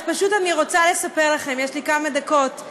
אז פשוט אני רוצה לספר לכם, יש לי כמה דקות: